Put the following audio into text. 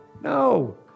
No